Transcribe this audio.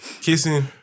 kissing